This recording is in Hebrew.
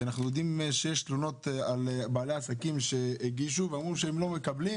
כי אנחנו יודעים שיש תלונות על בעלי עסקים שהגישו ואמרו שהם לא מקבלים,